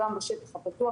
גם בשטח הפתוח,